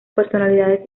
personalidades